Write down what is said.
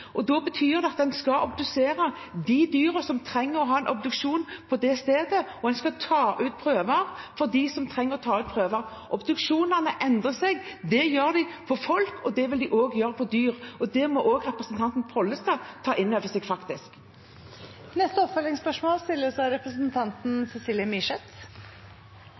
Da betyr det at en skal obdusere de dyrene som trenger obduksjon på stedet, og en skal ta prøver av dem som en trenger å ta prøver av. Obduksjonene endrer seg, det gjør de for folk, og det vil de også gjøre på dyr, og det må også representanten Pollestad faktisk ta inn over seg. Cecilie Myrseth – til oppfølgingsspørsmål.